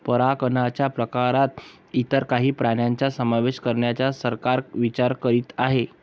परागकणच्या प्रकारात इतर काही प्राण्यांचा समावेश करण्याचा सरकार विचार करीत आहे